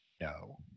no